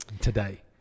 today